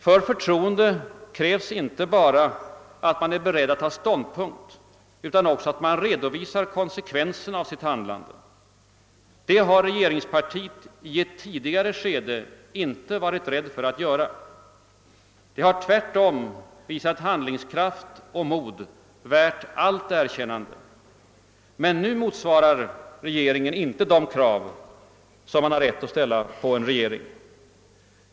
För förtroende krävs inte bara att man är beredd att ta ståndpunkt utan också att man redovisar konsekvenserna av sitt handlande. Det har man i regeringspartiet i ett tidigare skede inte varit rädd för att göra. Man har tvärtom visat handlingskraft och ett mod som är värt allt erkännande. Men nu motsvarar regeringen inte de krav som man har rätt att ställa på en regering.